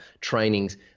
trainings